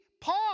Paul